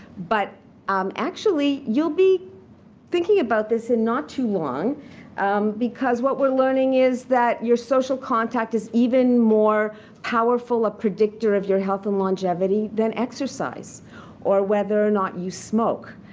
but um actually, you'll be thinking about this in not too long because what we're learning is that your social contact is even more powerful a predictor of your health and longevity than exercise or whether or not you smoke.